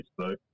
Facebook